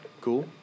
Cool